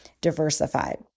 diversified